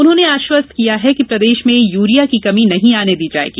उन्होंने आश्वस्त किया है कि प्रदेश में यूरिया की कमी नहीं आने दी जायेगी